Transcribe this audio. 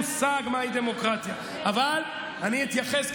אבל אני אתייחס,